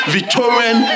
Victorian